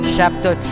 Chapter